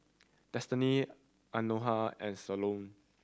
Destiny Anona and Solon